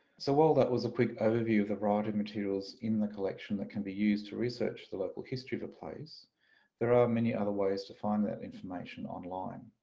so while that was a quick overview of the variety of materials in the collection that can be used to research the local history of a place there are many other ways to find that information online.